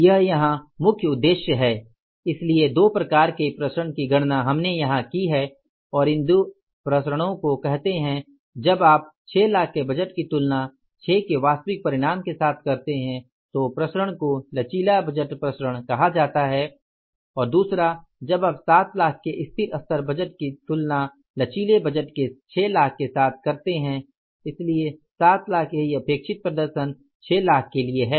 यह यहाँ मुख्य उद्देश्य है इसलिए दो प्रकार के प्रसरण की गणना हमने यहाँ की है और इन दो प्रसरणओं को कहते है जब आप 6 लाख के बजट की तुलना 6 के वास्तविक परिणाम के साथ करते हैं तो प्रसरण को लचीला बजट प्रसरण कहा जाता है और दूसरा जब आप 7 लाख के स्थिर स्तर बजट सुचना की तुलना लचीले बजट के 6 लाख के साथ करते हैं इसलिए ७ लाख यही अपेक्षित प्रदर्शन 6 लाख के लिए है